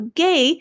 gay